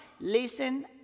listen